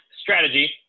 strategy